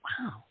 Wow